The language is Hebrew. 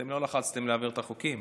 אתם לא לחצתם להעביר את החוקים,